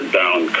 down